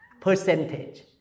Percentage